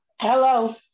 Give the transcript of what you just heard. Hello